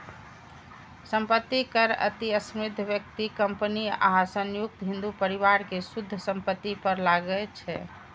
संपत्ति कर अति समृद्ध व्यक्ति, कंपनी आ संयुक्त हिंदू परिवार के शुद्ध संपत्ति पर लागै छै